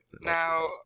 Now